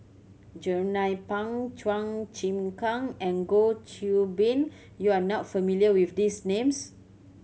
Jernnine Pang Chua Chim Kang and Goh Qiu Bin you are not familiar with these names